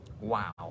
Wow